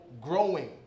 growing